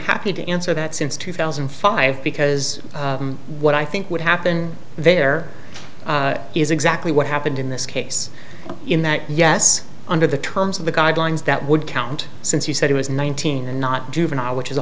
happy to answer that since two thousand and five because what i think would happen there is exactly what happened in this case in that yes under the terms of the guidelines that would count since you said it was nineteen and not juvenile which is a